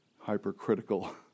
hypercritical